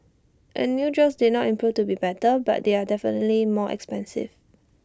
and new drugs are not proven to be better but they are definitely more expensive